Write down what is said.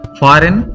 foreign